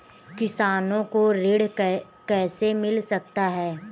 किसानों को ऋण कैसे मिल सकता है?